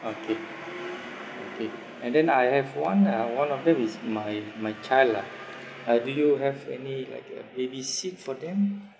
okay okay and then I have one uh one of them is my my child lah uh do you have any like a baby seat for them